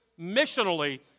missionally